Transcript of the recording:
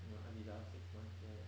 well I did another six months there